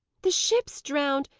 the ship's drowned,